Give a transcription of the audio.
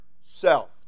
self